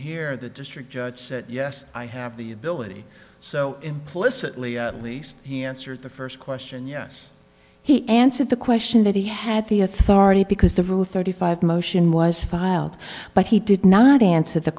here the district judge said yes i have the ability so implicitly at least he answered the first question yes he answered the question that he had the authority because the route thirty five motion was filed but he did not answer the